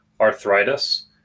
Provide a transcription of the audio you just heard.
arthritis